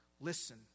listen